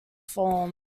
form